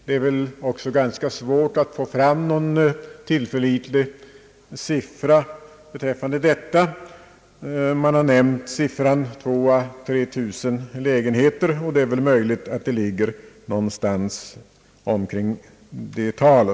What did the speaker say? Det är väl också ganska svårt att få fram någon tillförlitlig siffra därom. Man har ju nämnt att det skulle röra sig om 2000 å 3 000 lägenheter, och det är möjligt att siffran ligger någonstans omkring de talen.